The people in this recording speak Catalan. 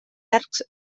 arcs